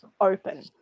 open